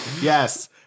Yes